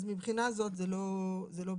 אז מהבחינה הזאת זה לא בעיה.